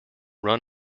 run